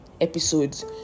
episodes